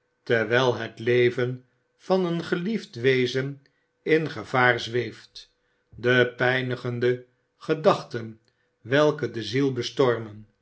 terwijl het leven van een geliefd wezen in gevaar zweeft de pijnigende gedachten welke de ziel bestormen